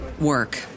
work